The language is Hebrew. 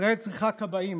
ישראל צריכה כבאים,